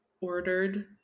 ordered